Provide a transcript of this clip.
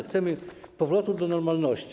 Chcemy powrotu do normalności.